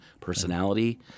personality